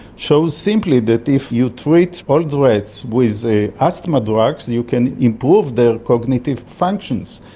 shows simply that if you treat old rats with the asthma drugs you can improve their cognitive functions.